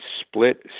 split